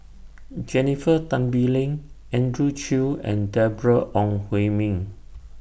Jennifer Tan Bee Leng Andrew Chew and Deborah Ong Hui Min